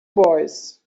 boys